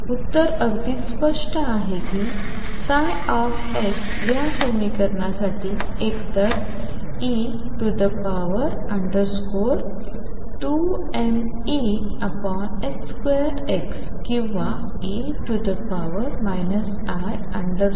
उत्तर अगदी स्पष्ट आहे की ψ या समीकरणासाठी एकतर ei2mE2x किंवा e i2mE2x